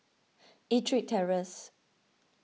Ettrick Terrace